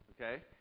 okay